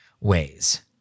ways